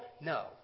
No